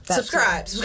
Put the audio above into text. Subscribe